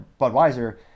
Budweiser